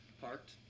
parked